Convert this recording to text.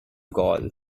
gall